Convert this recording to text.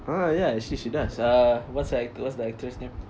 ah ya actually she does uh what's the actor what's the actress name